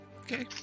Okay